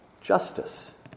justice